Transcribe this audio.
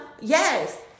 Yes